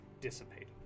dissipated